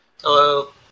Hello